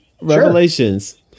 Revelations